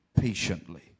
patiently